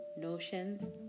notions